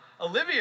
Olivia